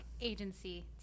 agency